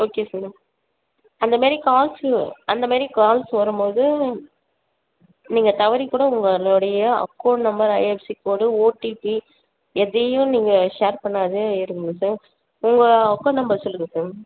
okay sir அந்த மாரி calls அந்தமாரி கால்ஸ் வரும்போது நீங்கள் தவறி கூட உங்களுடைய account number IFSC code OTP எதையும் நீங்கள் ஷேர் பண்ணாது இருங்கள் சார் உங்கள் அக்கௌண்ட் நம்பர் சொல்லுங்கள் சார்